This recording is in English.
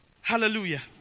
Hallelujah